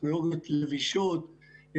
טכנולוגיות לבישות,